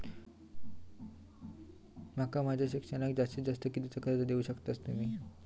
माका माझा शिक्षणाक जास्ती कर्ज कितीचा देऊ शकतास तुम्ही?